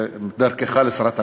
ודרכך לשרת המשפטים,